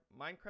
Minecraft